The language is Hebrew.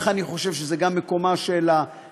אני חושב שזה גם מקומה של הכנסת,